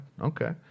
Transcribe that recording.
okay